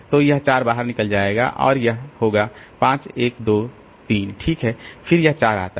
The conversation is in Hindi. तो यह 4 बाहर निकल जाएगा और यह होगा 5 1 2 3 ठीक है फिर से यह 4 आता है